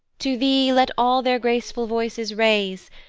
to thee let all their graceful voices raise,